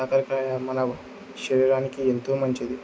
ఆకాకరకాయ మన శరీరానికి ఎంతో మంచిది